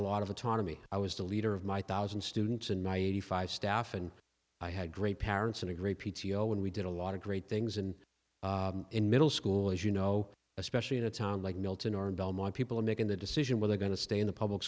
a lot of autonomy i was the leader of my thousand students and my eighty five staff and i had great parents and a great p t o when we did a lot of great things and in middle school as you know especially in a town like milton or in belmont people are making the decision where they're going to stay in the public